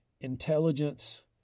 intelligence